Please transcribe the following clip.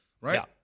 right